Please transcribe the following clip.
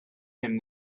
him